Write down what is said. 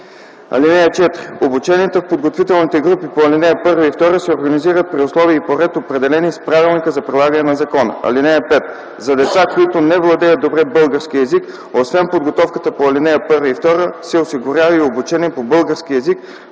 такси. (4) Обучението в подготвителните групи по ал. 1 и 2 се организира при условия и по ред, определени с правилника за прилагане на закона. (5) За деца, които не владеят добре български език, освен подготовката по ал. 1 и 2 се осигурява и обучение по български език